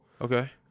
Okay